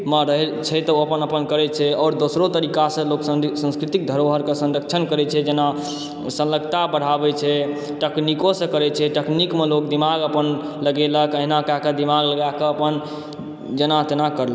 मऽ रहै छै तऽ ओ अपन अपन करैत छै आओर दोसरो तरीकासँ लोक संस्कृतिक धरोहरकऽ संरक्षण करैत छै जेना संलग्नता बढ़ाबैत छै टेकनिकोसँ करैत छै टेकनीकमऽ लोग दिमाग अपन लगेलक एहिना कएकऽ दिमाग लगयकऽ अपन जेना तेना करलक